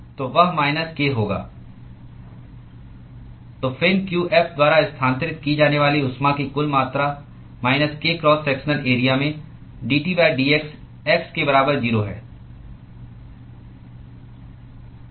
तो वह minus k होगा तो फिन qf द्वारा स्थानांतरित की जाने वाली ऊष्मा की कुल मात्रा minus k cross sectional area में d T dx x के बराबर 0 है